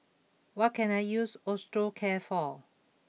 what can I use Osteocare for